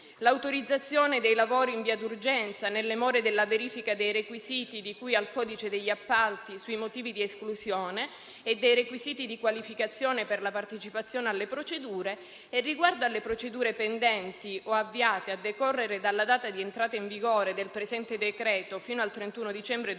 l'autorizzazione dei lavori in via d'urgenza nelle more della verifica dei requisiti di cui al codice degli appalti sui motivi di esclusione e dei requisiti di qualificazione per la partecipazione alle procedure; riguardo alle procedure pendenti o avviate a decorrere dalla data di entrata in vigore del presente decreto fino al 31 dicembre 2021,